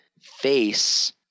face